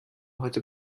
heute